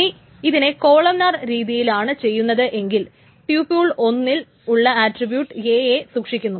ഇനി ഇതിനെ കോളംനാർ രീതിയിലാണ് ചെയ്യുന്നത് എങ്കിൽ ട്യൂപുൾ 1 ൽ ഉള്ള ആട്രിബ്യൂട്ട് A യെ സൂക്ഷിക്കുന്നു